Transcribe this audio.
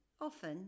Often